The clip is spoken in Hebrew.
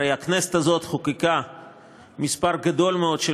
הרי הכנסת הזאת חוקקה מספר גדול מאוד של